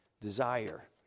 desire